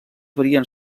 varien